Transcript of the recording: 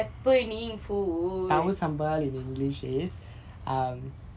happening food